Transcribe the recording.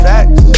Facts